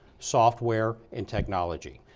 software, and technology.